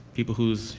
people whose,